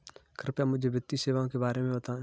कृपया मुझे वित्तीय सेवाओं के बारे में बताएँ?